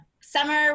summer